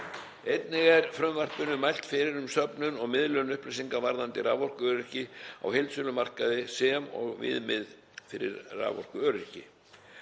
Einnig er í frumvarpinu mælt fyrir um söfnun og miðlun upplýsinga varðandi raforkuöryggi á heildsölumarkaði sem og viðmið fyrir raforkuöryggi.